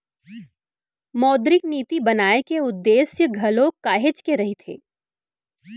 मौद्रिक नीति बनाए के उद्देश्य घलोक काहेच के रहिथे